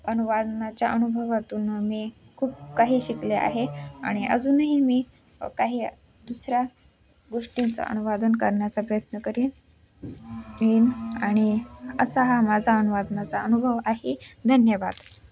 अनुवादनाच्या अनुभवातून मी खूप काही शिकले आहे आणि अजूनही मी काही दुसऱ्या गोष्टींचा अनुवाद करण्याचा प्रयत्न करेन ईन आणि असा हा माझा अनुवादनाचा अनुभव आहे धन्यवाद